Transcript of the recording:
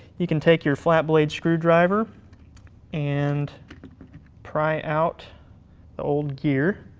you can take your flat-blade screwdriver and pry out the old gear